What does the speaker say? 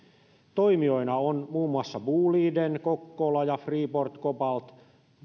toimijoina ovat muun muassa boliden kokkola ja freeport cobalt